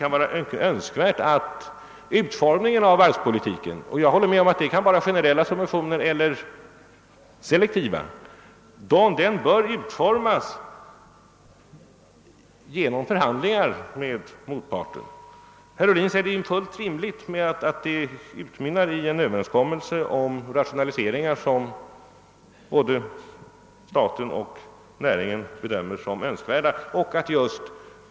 Han säger att utformningen av varvspolitiken bör ske genom förhandlingar med motparten. Han menade att det är fullt rimligt att dessa utmynnar i en överenskommelse om rationaliseringar, som både staten och näringen bedömer som önskvärda.